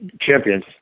champions